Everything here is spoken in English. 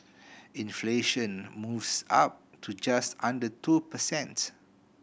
inflation moves up to just under two per cent